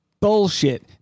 bullshit